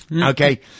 Okay